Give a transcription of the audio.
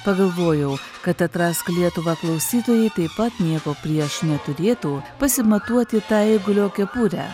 pagalvojau kad atrask lietuvą klausytojai taip pat nieko prieš neturėtų pasimatuoti tą eigulio kepurę